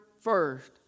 first